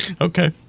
Okay